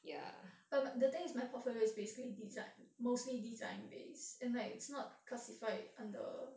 but the thing is my portfolio is basically design mostly design base and like it's not classified under